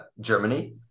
Germany